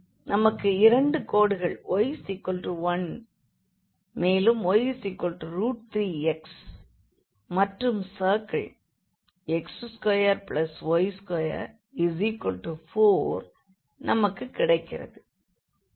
நமக்கு இரண்டு கோடுகள் y1 மேலும் y3x மற்றும் சர்க்கிள் x2y24 நமக்குக் கிடைக்கிறது